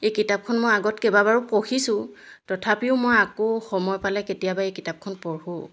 এই কিতাপখন মই আগত কেইবাবাৰো পঢ়িছোঁ তথাপিও মই আকৌ সময় পালে কেতিয়াবা এই কিতাপখন পঢ়োঁ